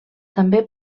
també